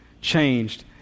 changed